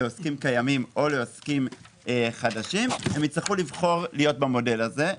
עוסקים קיימים או עוסקים חדשים יצטרכו לבחור להיות במודל הזה.